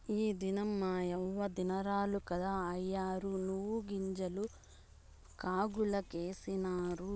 ఈ దినం మాయవ్వ దినారాలు కదా, అయ్యోరు నువ్వుగింజలు కాగులకేసినారు